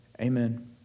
Amen